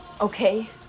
okay